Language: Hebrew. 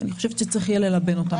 אני חושבת שצריך יהיה ללבן אותם.